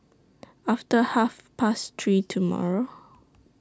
after Half Past three tomorrow